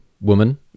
woman